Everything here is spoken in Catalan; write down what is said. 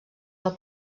del